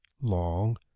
Long